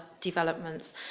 developments